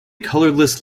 colorless